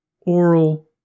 oral